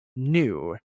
new